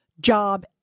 job